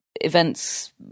events